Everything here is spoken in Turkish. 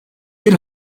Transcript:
bir